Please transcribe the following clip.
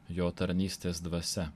jo tarnystės dvasia